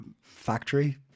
factory